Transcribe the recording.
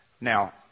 Now